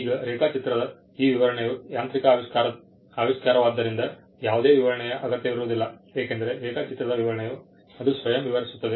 ಈಗ ರೇಖಾಚಿತ್ರದ ಈ ವಿವರಣೆಯು ಯಾಂತ್ರಿಕ ಆವಿಷ್ಕಾರವಾದ್ದರಿಂದ ಯಾವುದೇ ವಿವರಣೆಯ ಅಗತ್ಯವಿರುವುದಿಲ್ಲ ಏಕೆಂದರೆ ರೇಖಾಚಿತ್ರದ ವಿವರಣೆಯು ಅದು ಸ್ವಯಂ ವಿವರಿಸುತ್ತದೆ